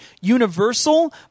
universal